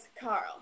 Carl